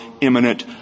imminent